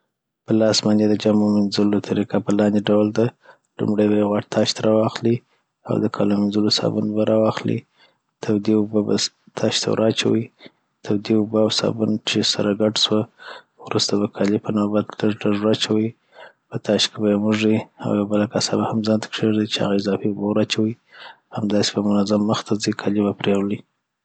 په لاس باندی دَ جامو مینځلو طریقه په لاندي ډول ده لومړي یو غټ تاشت را واخلی او د کالو منځلو صابون به راواخلي تودي اوبه به تاشت ته ور واچوي ه تودي اوبه او صابون چی سره ګډ سوه وروسته به کالی په نوبت لږ لږ ور اچوي په تاشت کی بیی موږي او یو بله کاسه به هم ځانته کښیږدی چي هغه اضافه اوبه بیا ور اچوی همداسی به منظم مخته ځي کالی به پريولي